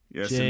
Yes